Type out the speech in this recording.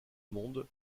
monde